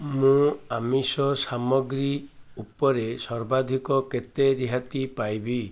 ମୁଁ ଆମିଷ ସାମଗ୍ରୀ ଉପରେ ସର୍ବାଧିକ କେତେ ରିହାତି ପାଇବି